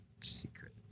Secret